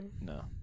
no